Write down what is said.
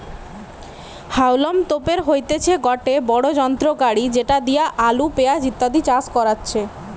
হাউলম তোপের হইতেছে গটে বড়ো যন্ত্র গাড়ি যেটি দিয়া আলু, পেঁয়াজ ইত্যাদি চাষ করাচ্ছে